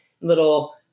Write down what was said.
little